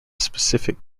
specific